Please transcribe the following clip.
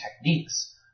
techniques